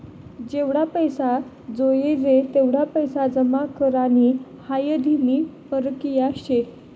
जेवढा पैसा जोयजे तेवढा पैसा जमा करानी हाई धीमी परकिया शे